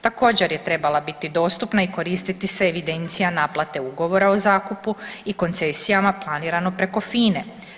Također je trebala biti dostupna i koristiti se evidencija naplate ugovora o zakupu i koncesijama planirano preko FINE.